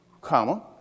comma